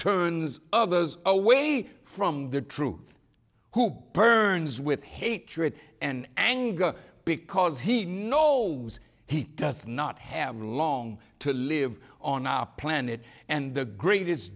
turns others away from the truth who burns with hatred and anger because he know he does not have long to live on our planet and the greatest